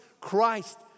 Christ